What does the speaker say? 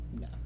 No